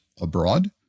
abroad